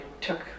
took